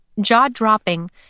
Jaw-dropping